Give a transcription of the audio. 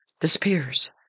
disappears